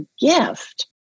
gift